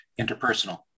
interpersonal